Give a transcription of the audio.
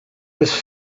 was